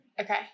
Okay